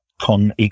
Con